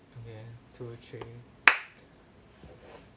okay two three